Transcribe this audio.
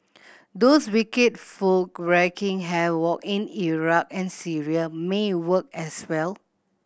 those wicked folk wreaking havoc in Iraq and Syria may work as well